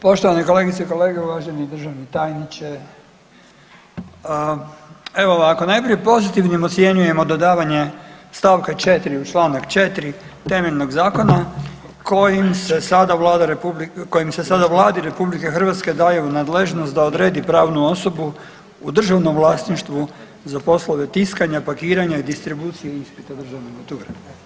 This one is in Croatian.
Poštovane kolegice i kolege, uvaženi državni tajniče, evo ovako, najprije pozitivnim ocjenjujemo dodavanje stavka 4. u Članak 4. temeljnog zakona kojim se sada Vlada RH, kojim se sada Vladi RH daje u nadležnost da odredi pravnu osobu u državnom vlasništvu za poslove tiskanja, pakiranja i distribuciju ispita državne mature.